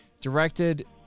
directed